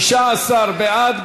15 בעד.